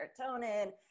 serotonin